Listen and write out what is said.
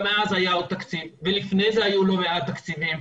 אז היה עוד תקציב ולפני זה היו לא מעט תקציבים.